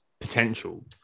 potential